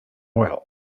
oil